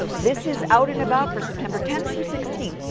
this is out and about for september tenth through sixteenth.